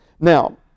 Now